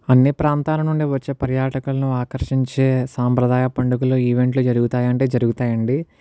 అన్ని ప్రాంతాల నుండి వచ్చే పర్యాటకులను ఆకర్షించే సాంప్రదాయ పండగలు ఈవెంట్లు జరుగుతాయా అంటే జరుగుతాయండి